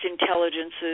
intelligences